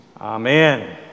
Amen